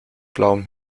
blauem